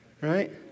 Right